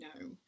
no